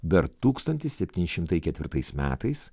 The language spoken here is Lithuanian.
dar tūkstantis septyni šimtai ketvirtais metais